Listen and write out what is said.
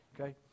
Okay